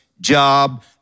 job